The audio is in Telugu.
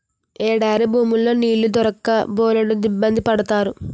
ఎడారి భూముల్లో నీళ్లు దొరక్క బోలెడిబ్బంది పడతారు